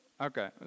Okay